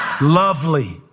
Lovely